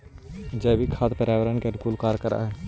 जैविक खाद पर्यावरण के अनुकूल कार्य कर हई